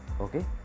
Okay